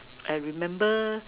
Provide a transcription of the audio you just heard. I remember